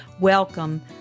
Welcome